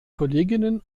kolleginnen